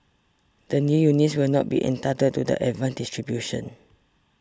the new units will not be entitled to the advanced distribution